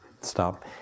stop